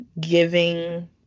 giving